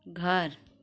घर